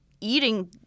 eating